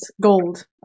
gold